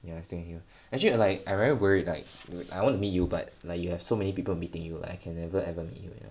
ya same here actually like I very worried like I would I want but like you have so many people meeting you like I can never ever meet you